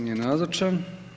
Nije nazočan.